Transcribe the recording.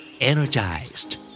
Energized